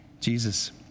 Jesus